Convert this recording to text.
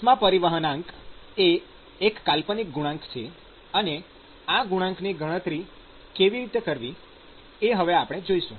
ઉષ્મા પરિવહનાંક એ એક કાલ્પનિક ગુણાંક છે અને આ ગુણાંકની ગણતરી કેવી રીતે કરવી એ હવે આપણે જોઇશું